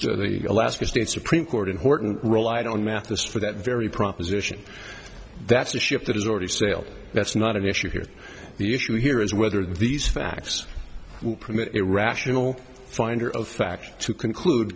of the alaska state supreme court and horton relied on mathis for that very proposition that's a ship that has already sailed that's not an issue here the issue here is whether these facts permit irrational finder of fact to conclude